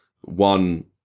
one